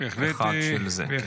של זה.